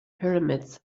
pyramids